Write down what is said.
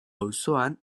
auzoan